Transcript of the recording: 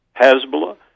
Hezbollah